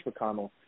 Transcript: McConnell